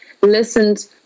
listened